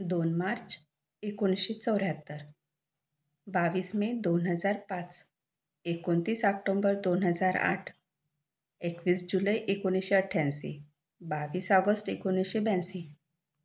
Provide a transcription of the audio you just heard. दोन मार्च एकोणीसशे चौऱ्याहत्तर बावीस मे दोन हजार पाच एकोणतीस आक्टोंबर दोन हजार आठ एकवीस जुलै एकोणीसशे अठ्याऐंशी बावीस ऑगस्ट एकोणीसशे ब्याऐंशी